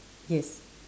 yes